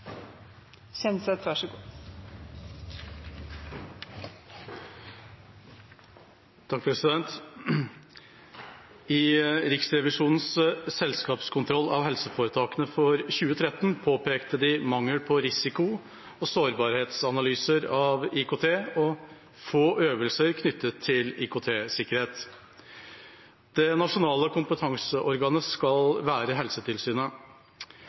Riksrevisjonens selskapskontroll av helseforetakene for 2013 påpekte de mangel på risiko- og sårbarhetsanalyser av IKT og få øvelser knyttet til